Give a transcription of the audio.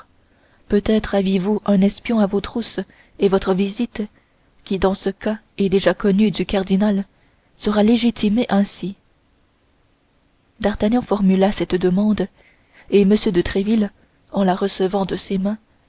peut-être aviez-vous un espion à vos trousses et votre visite qui dans ce cas est déjà connue du cardinal sera légitimée ainsi d'artagnan formula cette demande et m de tréville en la recevant de ses mains